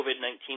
COVID-19